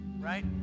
Right